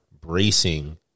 bracing